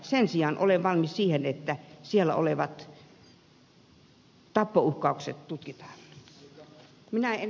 sen sijaan olen valmis siihen että siellä olevat tappouhkaukset tutkitaan